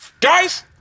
guys